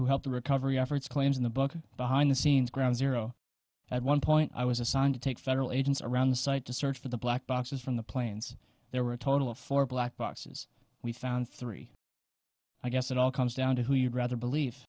who helped the recovery efforts claims in the book behind the scenes ground zero at one point i was assigned to take federal agents around the site to search for the black boxes from the planes there were a total of four black boxes we found three i guess it all comes down to who you'd rather belie